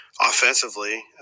Offensively